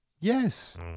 Yes